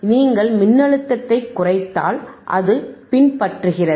நீங்கள் மின்னழுத்தத்தைக் குறைத்தால் அது பின்பற்றுகிறது